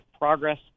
progress